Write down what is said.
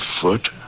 foot